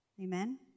Amen